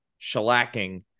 shellacking